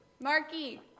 Marky